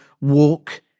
walk